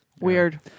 Weird